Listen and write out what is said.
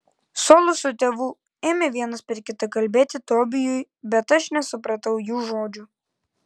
solo su tėvu ėmė vienas per kitą kalbėti tobijui bet aš nesupratau jų žodžių